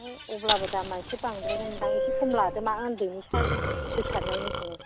है अब्लाबो दामआ एसे बांद्रायगोनदां एसे खम लादो मा उन्दैनि सानसे दै सारनायनिखौनो